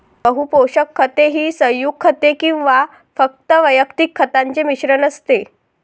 बहु पोषक खते ही संयुग खते किंवा फक्त वैयक्तिक खतांचे मिश्रण असते